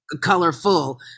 colorful